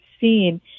seen